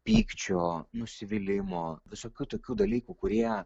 pykčio nusivylimo visokių tokių dalykų kurie